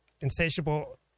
insatiable